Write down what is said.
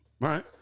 right